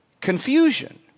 confusion